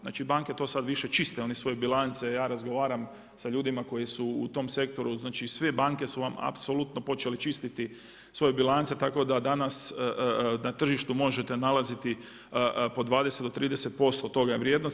Znači banke to sad više čiste, svoje bilance, ja razgovaram sa ljudima koji su u tom sektoru, znači sve banke su vam apsolutno počele čistiti svoje bilance tako da danas na tržištu možete nalaziti po 20 do 30% od toga vrijednosti.